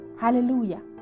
Hallelujah